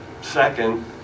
Second